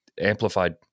amplified